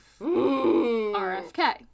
RFK